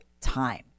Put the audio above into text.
time